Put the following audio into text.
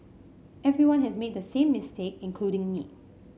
everyone has made the same mistake including me